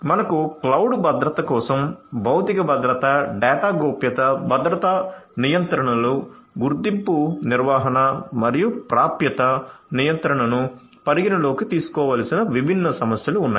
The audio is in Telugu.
మనకు క్లౌడ్ భద్రత కోసం భౌతిక భద్రత డేటా గోప్యత భద్రతా నియంత్రణలు గుర్తింపు నిర్వహణ మరియు ప్రాప్యత నియంత్రణను పరిగణనలోకి తీసుకోవలసిన విభిన్న సమస్యలు ఉన్నాయి